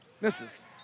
Misses